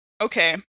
Okay